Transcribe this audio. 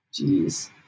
Jeez